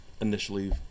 initially